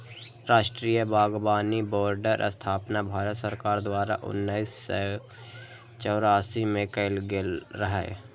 राष्ट्रीय बागबानी बोर्डक स्थापना भारत सरकार द्वारा उन्नैस सय चौरासी मे कैल गेल रहै